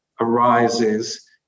arises